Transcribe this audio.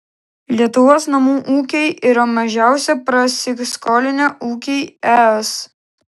lietuvos namų ūkiai yra mažiausiai prasiskolinę ūkiai es